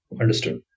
Understood